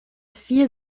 vier